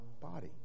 body